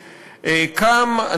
קם,